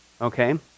Okay